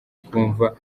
twumva